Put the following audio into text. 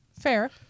Fair